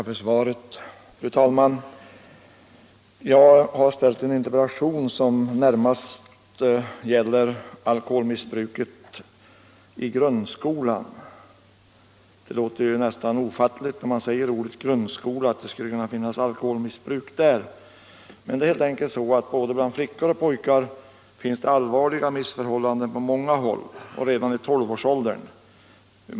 Fru talman! Jag tackar för svaret. Min interpellation gäller närmast alkoholmissbruket i grundskolan. Det låter ju nästan ofattbart att det skulle förekomma ett alkoholmissbruk i grundskolan. Men det är faktiskt så, att det bland både flickor och pojkar råder allvarliga missförhållanden på många håll redan i 12-årsåldern.